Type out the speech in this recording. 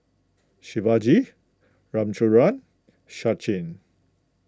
Shivaji Ramchundra Sachin